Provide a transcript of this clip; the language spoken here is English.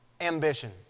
ambition